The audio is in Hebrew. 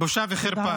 בושה וחרפה.